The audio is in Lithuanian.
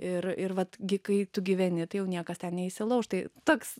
ir ir vat gi kai tu gyveni tai jau niekas ten neįsilauš tai toks